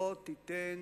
לא תיתן